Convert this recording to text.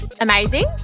Amazing